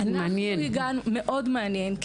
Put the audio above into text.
זה מאוד מעניין.